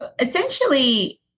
Essentially